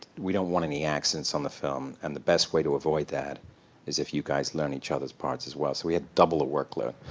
we don't want any accidents on the film, and the best way to avoid that is if you guys learn each other's parts as well. so we had double the workload.